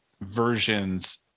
versions